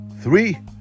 Three